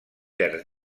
terç